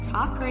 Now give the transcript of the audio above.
Talk